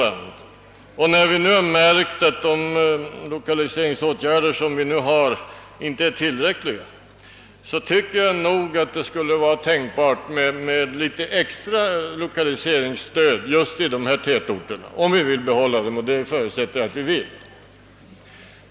När vi nu har märkt att de nuvarande lokaliseringsåtgärderna inte är tillräckliga borde vi därför kunna tänka oss att ge extra lokaliseringsstöd till just dessa tätorter.